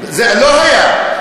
זה לא היה.